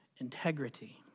integrity